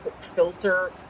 filter